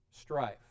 strife